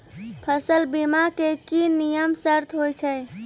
फसल बीमा के की नियम सर्त होय छै?